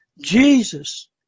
Jesus